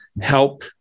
help